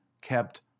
Kept